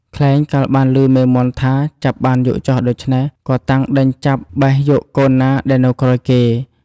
ខ្លែងកាលបានឮមេមាន់ថា ចាប់បានយកចុះដូច្នេះ ក៏តាំងដេញចាប់បេះយកកូនណាដែលនៅក្រោយគេ។